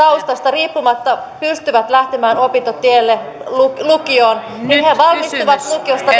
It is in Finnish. taustasta riippumatta pystyvät lähtemään opintotielle lukioon niin he valmistuvat lukiosta